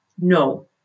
No